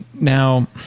Now